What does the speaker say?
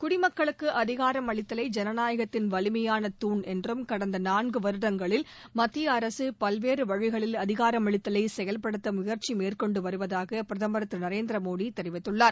குடிமக்களுக்கு அதிகாரமளித்தல் ஜனநாயகத்தின் வலிமையாள தூண் என்றும் கடந்த நான்கு வருடங்களில் மத்திய அரசு பல்வேறு வழிகளில் அதிகாரமளித்தலை செயல்படுத்த முயற்சி மேற்கொண்டு வருவதாக பிரதமர் திரு நரேந்திர மோடி தெரிவித்துள்ளார்